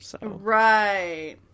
Right